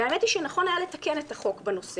והאמת היא שנכון היה לתקן את החוק בנושא,